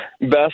Best